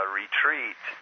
retreat